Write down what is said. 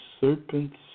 serpents